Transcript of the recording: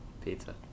Pizza